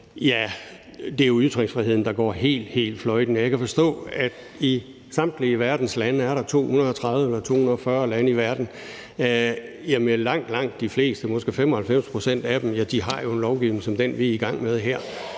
om det er ytringsfriheden, der går helt fløjten. Jeg kan forstå, at af samtlige verdens lande – er der 230 eller 240 lande i verden? – har langt, langt de fleste, måske 95 pct. af dem, en lovgivning som den, vi er i gang med her.